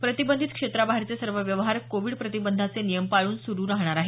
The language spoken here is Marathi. प्रतिबंधित क्षेत्राबाहेरचे सर्व व्यवहार कोविड प्रतिबंधाचे नियम पाळून सुरु राहणार आहेत